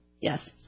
Yes